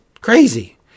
Crazy